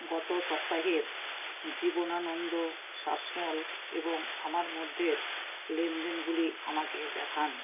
গত সপ্তাহের জীবনানন্দ শাসমল এবং আমার মধ্যের লেনদেনগুলি আমাকে দেখান